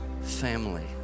family